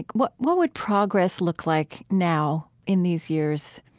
what what would progress look like now, in these years